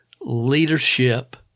Leadership